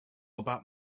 about